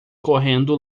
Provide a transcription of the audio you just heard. correndo